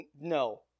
No